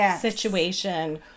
situation